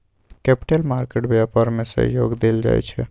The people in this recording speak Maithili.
कैपिटल मार्केट व्यापार में सहयोग देल जाइ छै